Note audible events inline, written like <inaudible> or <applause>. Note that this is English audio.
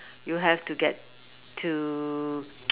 you have to get to <noise>